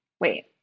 Wait